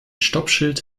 stoppschild